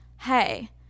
hey